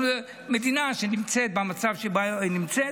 אנחנו מדינה שנמצאת במצב שבו היא נמצאת,